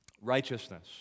Righteousness